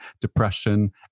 depression